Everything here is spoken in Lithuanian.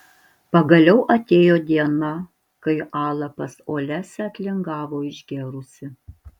pagaliau atėjo diena kai ala pas olesią atlingavo išgėrusi